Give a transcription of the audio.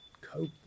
cope